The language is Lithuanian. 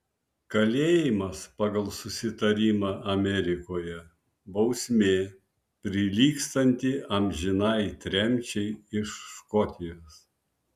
kalėjimas pagal susitarimą amerikoje bausmė prilygstanti amžinai tremčiai iš škotijos